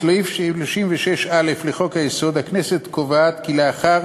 סעיף 36א לחוק-היסוד: הכנסת קובע כי לאחר